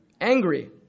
Angry